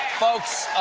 folks,